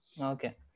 Okay